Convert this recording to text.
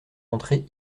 entré